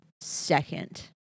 second